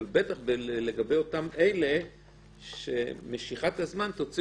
אבל בטח לגבי אותם אלה שמשיכת הזמן תוציא